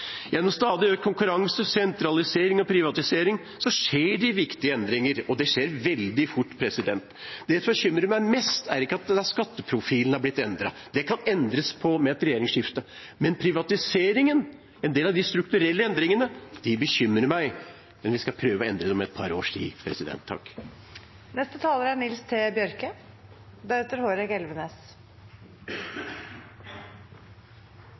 Gjennom stadig økt konkurranse, sentralisering og privatisering skjer det viktige endringer, og det skjer veldig fort. Det som bekymrer meg mest, er ikke at skatteprofilen er blitt endret, den kan endres med et regjeringsskifte, men privatiseringen, en del av de strukturelle endringene, bekymrer meg. Vi skal prøve å endre det om et par års tid.